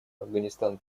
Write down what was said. афганистан